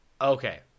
okay